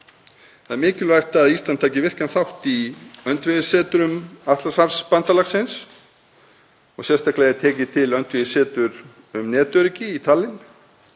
Það er mikilvægt að Ísland taki virkan þátt í öndvegissetrum Atlantshafsbandalagsins og sérstaklega er tekið til öndvegisseturs um netöryggi í Tallinn